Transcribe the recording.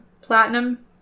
Platinum